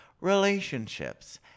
relationships